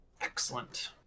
Excellent